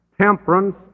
temperance